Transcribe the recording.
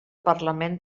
parlament